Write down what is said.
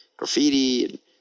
graffiti